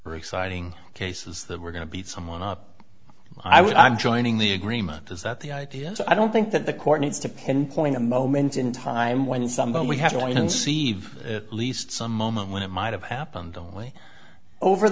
exciting cases that we're going to beat someone up i would i'm joining the agreement is that the idea is i don't think that the court needs to pinpoint a moment in time when someone we have to wait and see at least some moment when it might have happened only over